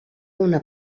una